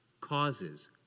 causes